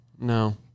No